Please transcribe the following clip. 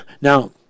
Now